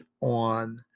on